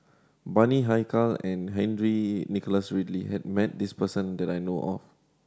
Bani Haykal and Henry Nicholas Ridley has met this person that I know of